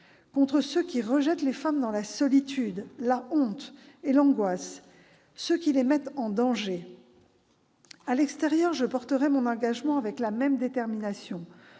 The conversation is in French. contre ceux qui rejettent les femmes dans la solitude, dans la honte et dans l'angoisse, contre ceux qui les mettent en danger. À l'extérieur, je porterai mon engagement avec la même détermination.